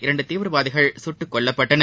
இரண்டுதீவிரவாதிகள் சுட்டுக் கொல்லப்பட்டனர்